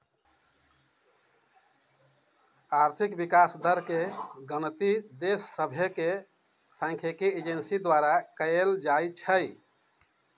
आर्थिक विकास दर के गिनति देश सभके सांख्यिकी एजेंसी द्वारा कएल जाइ छइ